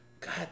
God